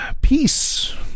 Peace